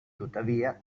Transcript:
tuttavia